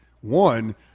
one